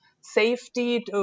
safety